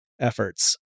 efforts